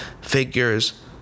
figures